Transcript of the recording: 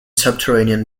subterranean